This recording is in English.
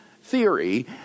theory